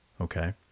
Okay